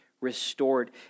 restored